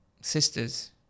sisters